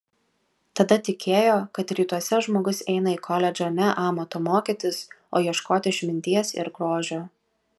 tada tikėjo kad rytuose žmogus eina į koledžą ne amato mokytis o ieškoti išminties ir grožio